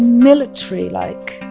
military-like,